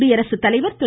குடியரசுத்தலைவர் திரு